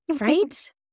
right